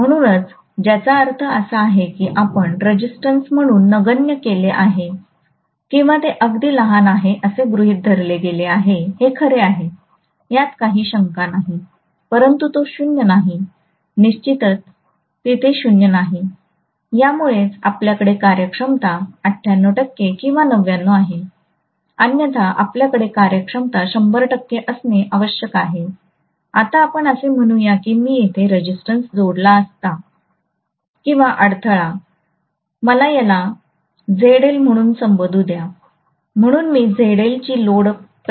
म्हणूनच ज्याचा अर्थ असा आहे की आपण रेजिस्टन्स म्हणून नगण्य केले आहे किंवा ते अगदी लहान आहेत असे गृहित धरले गेले आहे हे खरे आहे यात काही शंका नाही परंतु तो 0 नाही निश्चितच तिथे 0 नाही यामुळेच आपल्याकडे कार्यक्षमता 98 किंवा 99 आहे अन्यथा आपल्याकडे कार्यक्षमता शंभर टक्के असणे आवश्यक आहे आता असे म्हणू या की मी येथे रेजिस्टन्स जोडला आहे किंवा अडथळा मला याला झेडएल म्हणून संबोधू द्या म्हणून मी ZL ची लोड प्रतिबाधा जोडली आहे